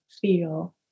feel